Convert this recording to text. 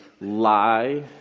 lie